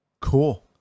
Cool